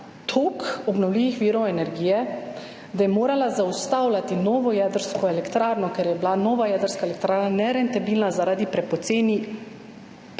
toliko obnovljivih virov energije, da je morala zaustavljati novo jedrsko elektrarno, ker je bila nova jedrska elektrarna nerentabilna zaradi prepoceni